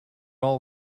all